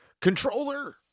Controller